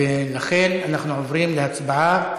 ולכן אנחנו עוברים להצבעה,